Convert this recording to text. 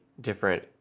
different